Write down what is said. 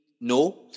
No